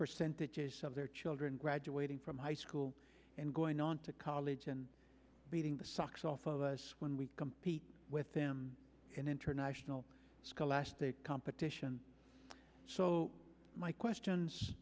percentages of their children graduating from high school and going on to college and beating the socks off of us when we compete with them in international scholastic competition so my questions